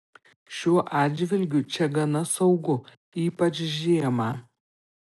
šiuo atžvilgiu čia gana saugu ypač žiemą